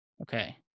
Okay